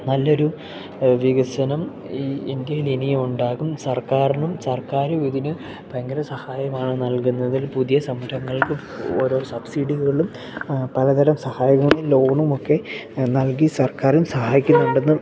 നല്ലൊരു വികസനം ഈ ഇന്ത്യയിൽ ഇനിയും ഉണ്ടാകും സർക്കാർനും സർക്കാരും ഇതിന് ഭയങ്കര സഹായമാണ് നൽകുന്നതിൽ പുതിയ സംരംങ്ങൾക്കും ഓരോ സബ്സിഡികളിലും പലതരം സഹായങ്ങളും ലോണുമൊക്കെ നൽകി സർക്കാരും സഹായിക്കുന്നുണ്ട് എന്ന്